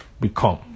become